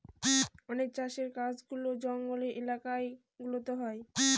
অনেক চাষের কাজগুলা জঙ্গলের এলাকা গুলাতে হয়